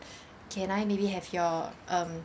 can I maybe have your um